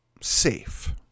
safe